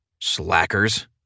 slackers